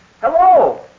Hello